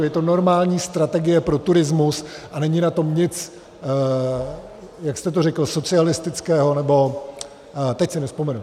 Je to normální strategie pro turismus a není na tom nic jak jste to řekl? socialistického, nebo... teď si nevzpomenu.